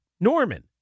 Norman